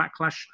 backlash